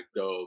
go